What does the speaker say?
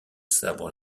sabre